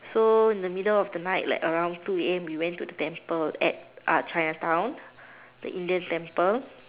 so in the middle of the night like around two A_M we went to the temple at uh Chinatown the Indian temple